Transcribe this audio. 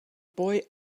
boy